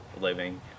living